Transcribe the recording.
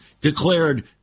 declared